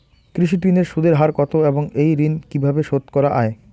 কৃষি ঋণের সুদের হার কত এবং এই ঋণ কীভাবে শোধ করা য়ায়?